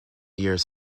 years